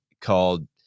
called